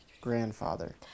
grandfather